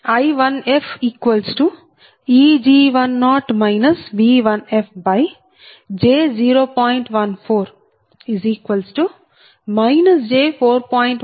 165 p